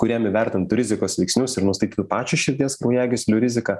kuriem įvertintų rizikos veiksnius ir nustatytų pačio širdies kraujagyslių riziką